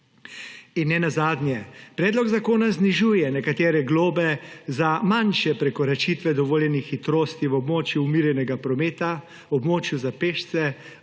In nenazadnje, predlog zakona znižuje nekatere globe za manjše prekoračitve dovoljenih hitrosti v območju umirjenega prometa, območju za pešce,